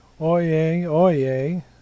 oye-oye